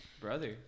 Brother